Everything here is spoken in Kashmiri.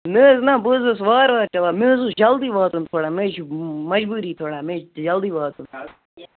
نہٕ حظ نہ بہٕ حظ اوسُس وارٕ وارٕ چلان مےٚ حظ ٲس جلدی واتُن تھوڑا مےٚ حظ چھِ مَجبوٗری تھوڑا مےٚ چھِ جلدی واتُن